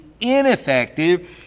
ineffective